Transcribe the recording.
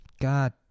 God